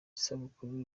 sabukuru